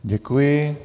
Děkuji.